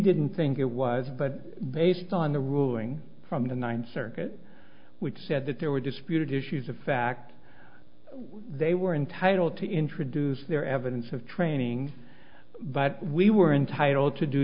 didn't think it was but based on the ruling from the ninth circuit which said that there were disputed issues of fact they were entitled to introduce their evidence of training but we were entitled to do